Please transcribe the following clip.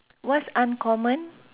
what's uncommon